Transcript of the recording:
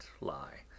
lie